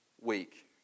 week